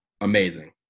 amazing